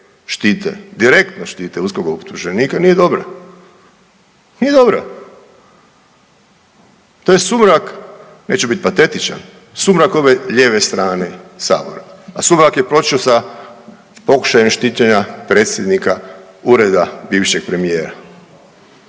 štite, direktno štite uskokov optuženika nije dobro, nije dobro. To je sumrak, neću bit patetičan, sumrak ove lijeve strane Sabora, a sumrak je počeo sa pokušajem štićenja predsjednika ureda bivšeg premijera.